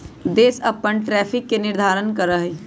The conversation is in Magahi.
देश अपन टैरिफ के निर्धारण करा हई